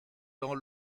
dans